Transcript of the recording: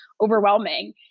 overwhelming